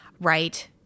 Right